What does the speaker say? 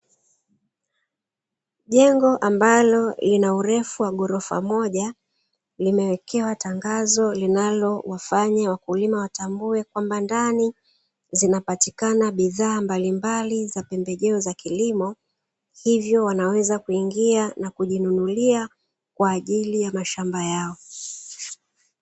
Jengo ambalo lina urefu wa ghorofa moja, limewekewa tangazo linalowafanya wakulima watambue kwamba, ndani zinapatikana bidhaa mbalimbali za pembejeo za kilimo, hivyo wanaweza kuingia nakujinunulia kwa ajili ya mashamba yao.